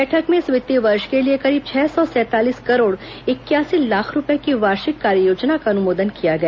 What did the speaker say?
बैठक में इस वित्तीय वर्ष के लिए करीब छह सौ सैंतालीस करोड़ इकयासी लाख रूपए की वार्षिक कार्ययोजना का अनुमोदन किया गया